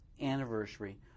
anniversary